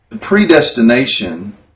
predestination